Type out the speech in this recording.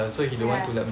ya